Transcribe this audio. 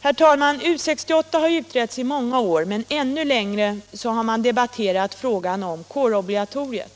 Herr talman! U 68 har utretts i många år, men ännu längre har man debatterat frågan om kårobligatoriet.